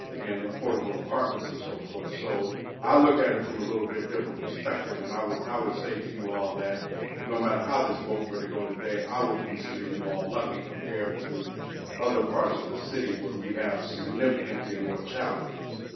and affordable apartments, and so forth. so i look at it from a little bit different perspective. and i would i would say to you all that no matter how this vote were to go today, i would consider you all lucky compared to other parts of the city where we have significantly more challenges.